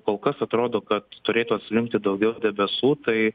kol kas atrodo kad turėtų atslinkti daugiau debesų tai